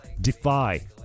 defy